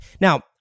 Now